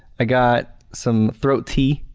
i got some throat tea